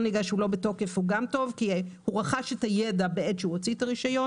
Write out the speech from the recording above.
נהיגה שלא בתוקף גם טוב כי רכש את הידע בעת הוצאת רשיון